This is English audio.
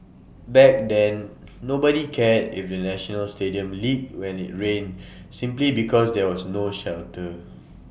back then nobody cared if the national stadium leaked when IT rained simply because there was no shelter